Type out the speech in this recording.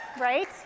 right